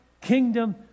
kingdom